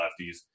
lefties